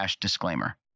disclaimer